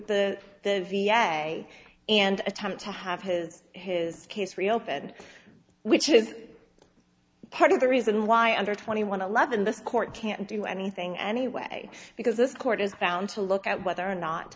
the v a and attempt to have his his case reopened which is part of the reason why under twenty one eleven the court can't do anything anyway because this court is bound to look at whether or not